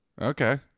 Okay